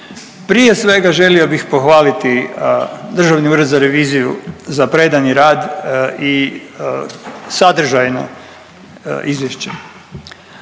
Prije svega želio bih pohvaliti Državni ured za reviziju za predani rad i sadržajno izvješće.